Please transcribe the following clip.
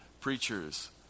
preachers